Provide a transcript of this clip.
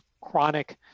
chronic